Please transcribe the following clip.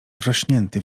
wrośnięty